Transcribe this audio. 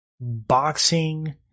boxing